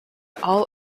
all